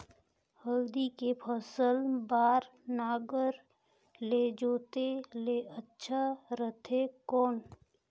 हल्दी के फसल बार नागर ले जोते ले अच्छा रथे कौन?